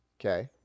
okay